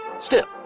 still,